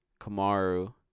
Kamaru